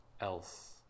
else